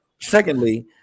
secondly